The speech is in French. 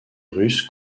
russe